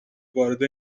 وارد